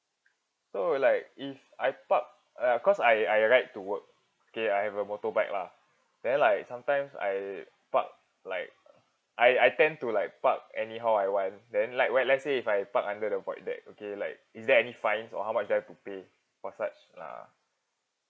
so like if I park uh cause I I ride to work K I have a motorbike lah then like sometimes I park like I I tend to like park anyhow I want then like when let's say if I park under the void deck okay like is there any fines or how much do I have to pay for such uh